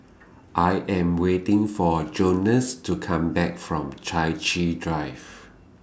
I Am waiting For Jones to Come Back from Chai Chee Drive